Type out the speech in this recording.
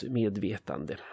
medvetande